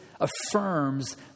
affirms